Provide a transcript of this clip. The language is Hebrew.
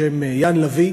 בשם יאן לביא,